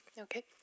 Okay